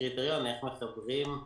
כחלק מההקלה המשקית ותמריץ לאנשים להתחסן.